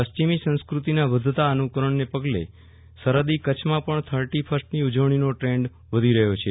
પશ્ચિમી સંસ્કૃતીના વધતા અનુકરણને પગલે સરહદી કચ્છમાં પણ થર્ટી ફર્સ્ઠની ઉજવણીનો ટ્રેન્ડ વધી રહ્યો છે